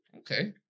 okay